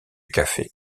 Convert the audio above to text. café